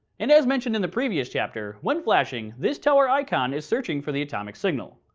and as mentioned in the previous chapter, when flashing, this tower icon is searching for the atomic signal.